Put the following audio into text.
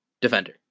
defender